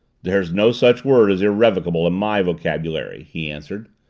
there's no such word as irrevocable in my vocabulary, he answered.